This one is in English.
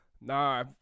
Nah